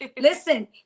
listen